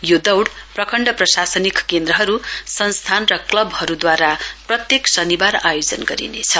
यो दौड़ प्रखण्ड प्रशासनिक केन्द्रहरूका संस्थान र क्लबहरूद्वारा प्रत्येक शनिबार आयोजन गरिनेछ